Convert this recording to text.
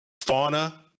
Fauna